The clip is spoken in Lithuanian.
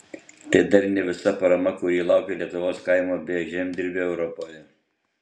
tai dar ne visa parama kuri laukia lietuvos kaimo bei žemdirbio europoje